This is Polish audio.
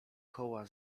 koła